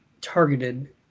targeted